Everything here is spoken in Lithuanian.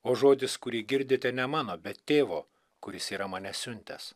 o žodis kurį girdite ne mano bet tėvo kuris yra mane siuntęs